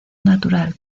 natural